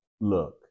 look